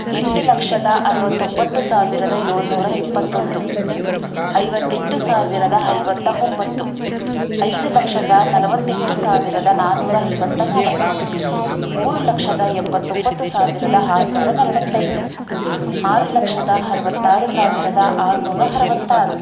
ಎಂಟು ಲಕ್ಷದ ಅರುವತ್ತೊಂಬತ್ತು ಸಾವಿರದ ಏಳ್ನೂರ ಇಪ್ಪತ್ತೊಂದು ಐವತ್ತೆಂಟು ಸಾವಿರದ ಐವತ್ತ ಒಂಬತ್ತು ಐದು ಲಕ್ಷದ ನಲವತ್ತೆಂಟು ಸಾವಿರದ ನಾನ್ನೂರ ಐವತ್ತ ನಾಲ್ಕು ಮೂರು ಲಕ್ಷದ ಎಂಬತ್ತೊಂಬತ್ತು ಸಾವಿರದ ಆರ್ನೂರ ನಲ್ವತ್ತೈದು ಆರು ಲಕ್ಷದ ಅರುವತ್ತಾರು ಸಾವಿರದ ಆರ್ನೂರ ಅರುವತ್ತಾರು